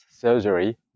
surgery